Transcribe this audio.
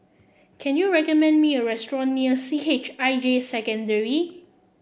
can you recommend me a restaurant near C H I J Secondary